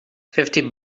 fifty